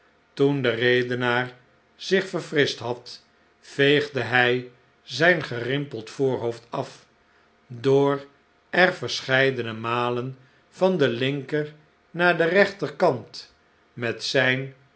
toen de redenaar zich verfrischt had veegde hij zjjn gerimpeld voorhoofd af door er verscheidene malen van den linker naar den rechterkant met zijn